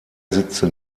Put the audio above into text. sitze